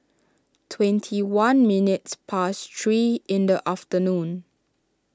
twenty one minutes past three in the afternoon